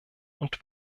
und